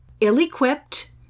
ill-equipped